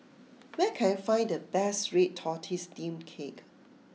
where can I find the best Red Tortoise Steamed Cake